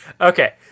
Okay